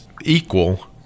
equal